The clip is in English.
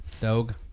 dog